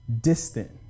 distant